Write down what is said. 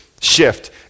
shift